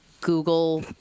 Google